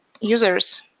users